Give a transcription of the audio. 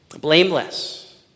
blameless